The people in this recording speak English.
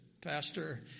Pastor